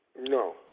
No